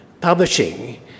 publishing